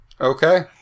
Okay